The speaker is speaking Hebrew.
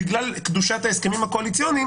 בגלל קדושת ההסכמים הקואליציוניים